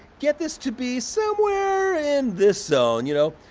get this to be somewhere in this zone, you know?